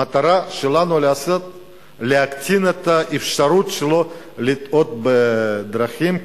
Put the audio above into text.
המטרה שלנו להקטין את האפשרות שלו לטעות בדרכים,